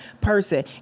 person